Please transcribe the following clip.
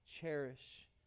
cherish